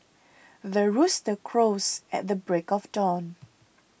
the rooster crows at the break of dawn